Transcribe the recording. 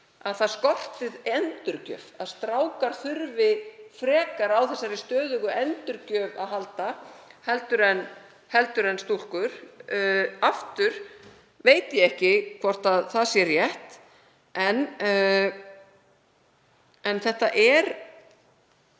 að kenna, skorti endurgjöf, að strákar þurfi frekar á þessari stöðugu endurgjöf að halda en stúlkur. Ég veit ekki hvort það er rétt. En þetta er